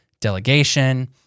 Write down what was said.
delegation